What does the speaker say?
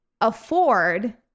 afford